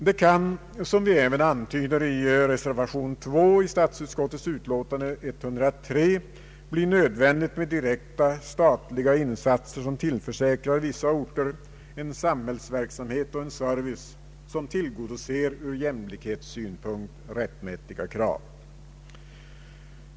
Det kan, som vi även antyder i reservation 2 till statsutskottets utlåtande nr 103, bli nödvändigt med direkta statliga insatser som tillförsäkrar vissa orter en samhällsverksamhet och en service som tillgodoser ur jämlikhetssynpunkt rättmätiga krav.